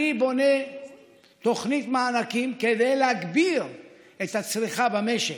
אני בונה תוכנית מענקים כדי להגביר את הצריכה במשק,